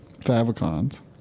favicons